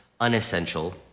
unessential